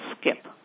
skip